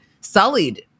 sullied